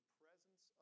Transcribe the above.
presence